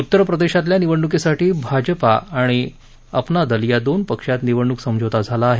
उत्तर प्रदेशातल्या निवडणूकीसाठी भाजपा आणि आपना दल या दोन पक्षात निवडणूक समझोता झाला आहे